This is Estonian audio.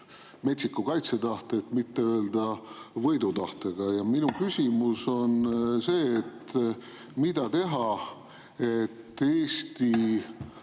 metsiku kaitsetahte, et mitte öelda võidutahtega. Ja minu küsimus on see: mida teha, et Eesti